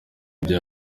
ibyo